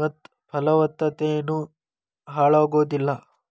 ಮತ್ತ ಪಲವತ್ತತೆನು ಹಾಳಾಗೋದಿಲ್ಲ